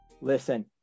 Listen